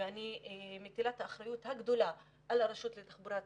ואני מטילה את האחריות הגדולה על הרשות לתחבורה ציבורית,